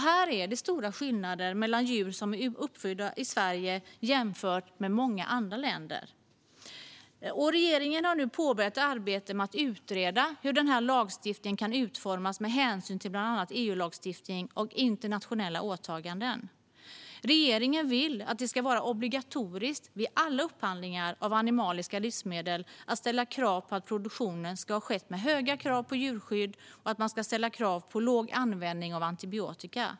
Här är det stora skillnader i djuruppfödningen mellan Sverige och många andra länder. Regeringen har nu påbörjat arbetet med att utreda hur den här lagstiftningen kan utformas med hänsyn till bland annat EU-lagstiftning och internationella åtaganden. Regeringen vill att det ska vara obligatoriskt vid alla upphandlingar av animaliska livsmedel att ställa krav på att produktionen ska ha skett med höga krav på djurskydd och med låg användning av antibiotika.